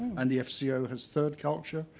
and the fco has third culture.